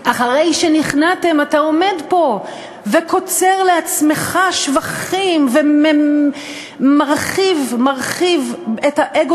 אחרי שנכנעתם אתה עומד פה וקוצר לעצמך שבחים ומרחיב את האגו